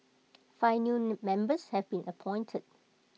five new members have been appointed